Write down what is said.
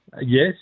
Yes